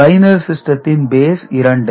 binary சிஸ்டத்தின் base 2